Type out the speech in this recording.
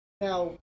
Now